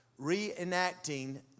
reenacting